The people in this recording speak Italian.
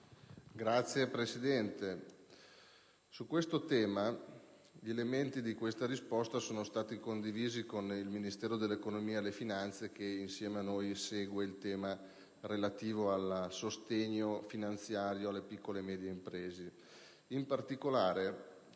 Signora Presidente, su questo tema gli elementi di risposta sono stati condivisi con il Ministero dell'economia e delle finanze, che insieme a noi segue il tema relativo al sostegno finanziario delle piccole e medie imprese.